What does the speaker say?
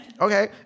Okay